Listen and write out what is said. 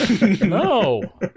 No